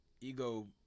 Ego